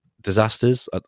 disasters